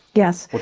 yes,